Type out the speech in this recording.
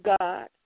God